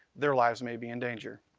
their lives may be in danger.